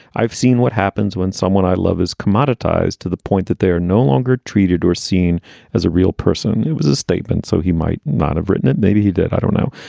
i've seen what happens when someone i love is commoditized to the point that they're no longer treated or seen as a real person. it was a statement. so he might not have written it. maybe he did. i don't know.